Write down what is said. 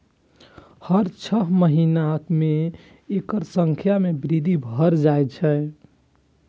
हर छह महीना मे एकर संख्या मे वृद्धि भए जाए छै